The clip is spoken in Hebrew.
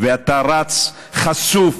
ואתה רץ חשוף.